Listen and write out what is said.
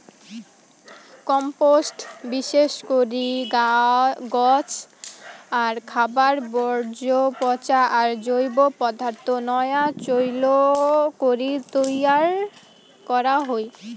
compost বিশেষ করি গছ আর খাবার বর্জ্য পচা আর জৈব পদার্থ নয়া চইল করি তৈয়ার করা হই